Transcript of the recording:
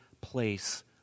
place